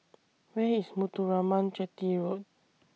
Where IS Muthuraman Chetty Road